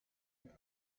mir